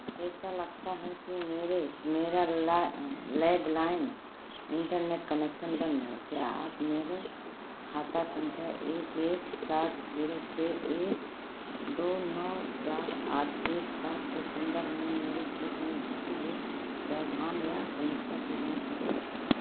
ऐसा लगता है कि मेरे मेरा लैडलाइन इंटरनेट कनेक्शन बंद है क्या आप मेरे खाता संख्या एक एक सात जीरो छः एक दो नौ चार आठ एक सात के संदर्भ में मेरे क्षेत्र में किसी भी व्यवधान या समस्या की जाँच कर सकते हैं